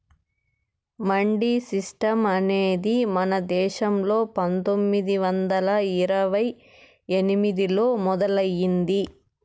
mandi system అనేది మన దేశంలో పందొమ్మిది వందల ఇరవై ఎనిమిదిలో మొదలయ్యింది